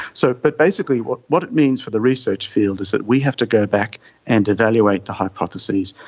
so but basically what what it means for the research field is that we have to go back and evaluate the hypotheses.